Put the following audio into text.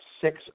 six